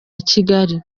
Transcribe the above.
kigali